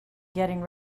getting